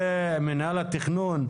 זה מינהל התכנון.